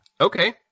Okay